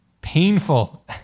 painful